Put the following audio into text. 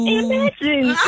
imagine